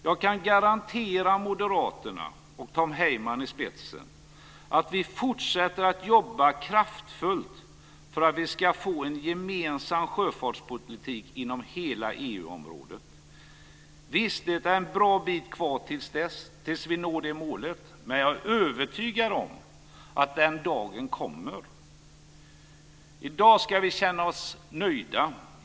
Jag kan garantera Moderaterna med Tom Heyman i spetsen att vi fortsätter att jobba kraftfullt för att få en gemensam sjöfartspolitik inom hela EU-området. Visst är det en bra bit kvar till dess att vi når det målet, men jag är övertygad om att den dagen kommer. I dag ska vi känna oss nöjda.